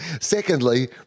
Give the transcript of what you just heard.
Secondly